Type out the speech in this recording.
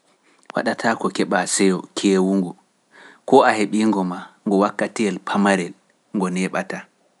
Waɗataa ko keɓaa seyo keewungo, koo a heɓiingo maa ngo wakkati el pamarel ngo neeɓataa.